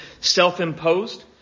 self-imposed